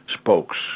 spokes